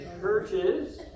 churches